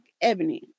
Ebony